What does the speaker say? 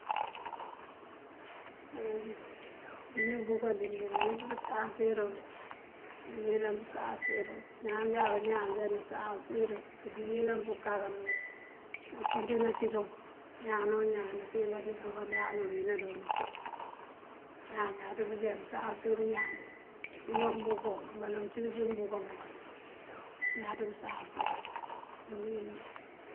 Ñaan najín kay bí nabúka bí mëyëlanëţ pësansirul de, mëyëlanëţ pësansir. Ñaan jáku ñaan já nësansir këbí yëlan pëkakanul napën ţína cíţ unk. Ñaan o ñaan bí nasiyën baţí búkandáanul bí nadoon nëcí. Ñaan jáţ pëjá pësansir ñaan de acíba mëmbúkool. Baloŋ cí këcí mëmbúka bukal añaţ pësansir dí uwínjí.